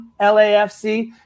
LAFC